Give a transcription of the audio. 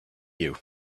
you